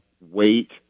wait